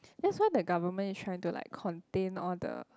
that's why the government is trying to like contain all the